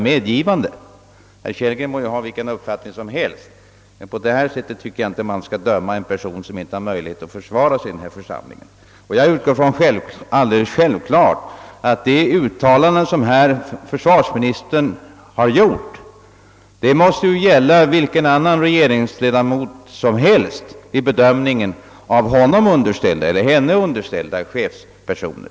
Herr Kellgren må ha vilken uppfattning som helst, men på detta sätt tycker jag inte man skall döma en person som inte kan försvara sig i den här församlingen. Jag utgår ifrån såsom självklart, att de uttalanden som försvarsministern här har gjort också gäller vilken annan regeringsledamot som helst vid bedömningen av honom eller henne underställda chefspersoner.